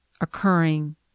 occurring